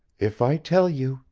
if i tell you,